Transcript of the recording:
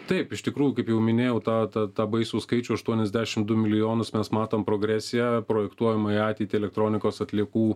taip iš tikrųjų kaip jau minėjau tą tą baisų skaičių aštuoniasdešimt du milijonus mes matom progresiją projektuojamai į ateitį elektronikos atliekų